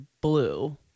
blue